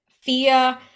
fear